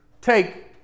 take